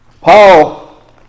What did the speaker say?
Paul